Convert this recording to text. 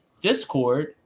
discord